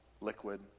liquid